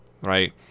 right